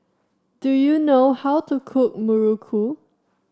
do you know how to cook muruku